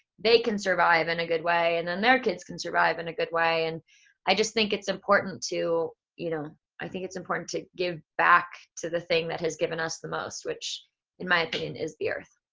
they can survive in a good way and then their kids can survive in a good way, and i just think it's important you know i think it's important to give back to the thing that has given us the most, which in my opinion is the earth.